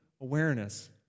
awareness